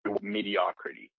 mediocrity